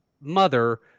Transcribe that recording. mother